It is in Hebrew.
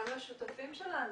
גם לשותפים שלנו.